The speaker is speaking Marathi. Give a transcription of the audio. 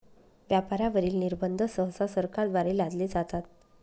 व्यापारावरील निर्बंध सहसा सरकारद्वारे लादले जातात